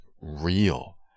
real